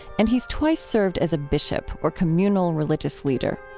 and he's twice served as a bishop or communal religious leader.